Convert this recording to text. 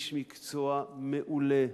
איש מקצוע מעולה,